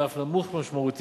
ואף נמוך משמעותית